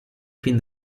fin